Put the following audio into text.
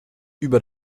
über